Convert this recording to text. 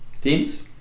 teams